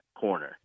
Corner